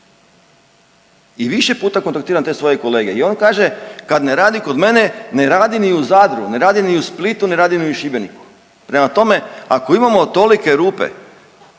i više puta kontaktiram te svoje kolege i on kaže, kad ne radi kod mene, ne radi ni u Zadru, ne radi ni u Splitu, ne radi ni u Šibeniku. Prema tome, ako imamo tolike rupe